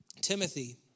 Timothy